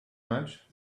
much